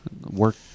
Work